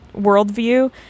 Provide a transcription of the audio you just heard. worldview